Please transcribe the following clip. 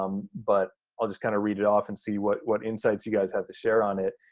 um but i'll just kind of read it off and see what what insights you guys have to share on it.